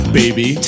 baby